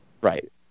Right